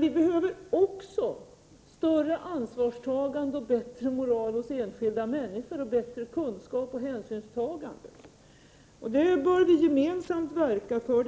Vi behöver också ett större ansvarstagande och bättre moral hos enskilda människor. Vi behöver bättre kunskaper och bättre hänsynstagande. Detta bör vi gemensamt verka för.